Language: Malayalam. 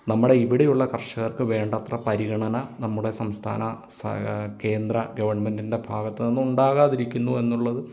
നമ്മുടെ ഇവിടെയുള്ള കർഷകർക്ക് വേണ്ടത്ര പരിഗണന നമ്മുടെ സംസ്ഥാന സഹ കേന്ദ്ര ഗവൺമെന്റിൻ്റെ ഭാഗത്തു നിന്നും ഉണ്ടാകാതിരിക്കുന്നു എന്നുള്ളത്